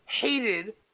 hated